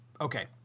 Okay